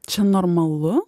čia normalu